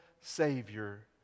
Savior